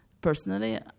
personally